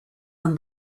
and